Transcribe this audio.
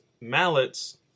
mallets